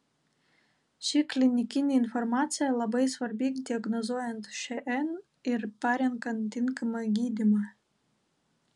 ši klinikinė informacija labai svarbi diagnozuojant šn ir parenkant tinkamą gydymą